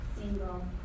Single